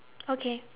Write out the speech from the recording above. okay